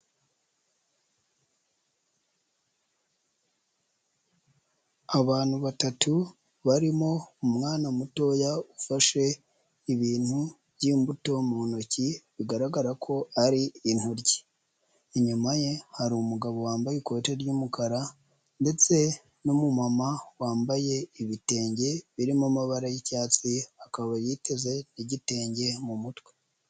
Abantu batatu barimo umwana mutoya ufashe ibintu by'imbuto mu ntoki bigaragara ko ari intoryi. Inyuma ye hari umugabo wambaye ikoti ry'umukara ndetse n'umumama wambaye ibitenge birimo amabara y'icyatsi, akaba yiteze n'igitenge mu mutwe.